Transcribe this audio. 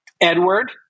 Edward